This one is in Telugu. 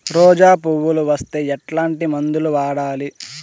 రోజా పువ్వులు వస్తే ఎట్లాంటి మందులు వాడాలి?